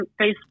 Facebook